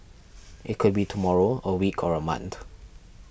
it could be tomorrow a week or a month